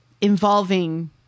involving